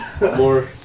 More